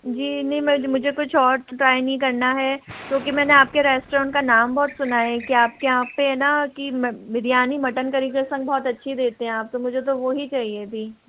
जी नहीं मुझे कुछ और ट्राई नहीं करना है क्योंकि मैंने आपके रेस्टोरेंट का नाम बहुत सुना है कि आपके यहाँ पे है ना कि बिरयानी मटन करी के संग बहुत अच्छी देते हैं आप तो मुझे तो वो ही चाहिए थी